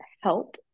help